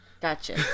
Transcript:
Gotcha